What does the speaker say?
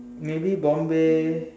maybe Bombay